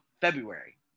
February